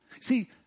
See